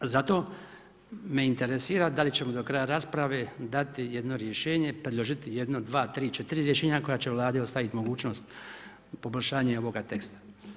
Zato me interesira da li ćemo do kraja rasprave dati jedno rješenje, predložiti jedno, dva, tri četiri rješenja koja će Vladi ostaviti mogućnost poboljšanja ovoga teksta.